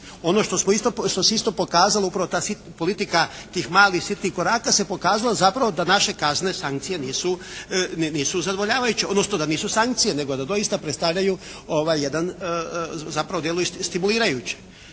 Ono što se isto pokazalo upravo ta sitna politika tih malih koraka se pokazala zapravo da naše kazne, sankcije nisu zadovoljavajuće odnosno da nisu sankcije, nego da doista predstavljaju jedan zapravo djeluju stimulirajuće.